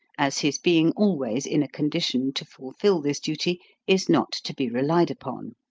as his being always in a condition to fulfill this duty is not to be relied upon.